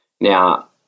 now